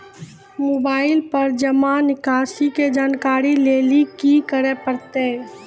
Mobile पर जमा निकासी के जानकरी लेली की करे परतै?